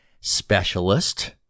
specialist